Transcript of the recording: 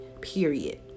period